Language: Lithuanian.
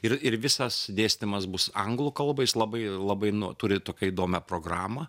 ir ir visas dėstymas bus anglų kalba jis labai labai nu turi tokią įdomią programą